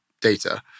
data